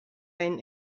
einen